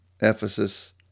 Ephesus